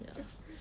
ya